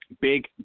big